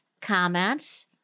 comments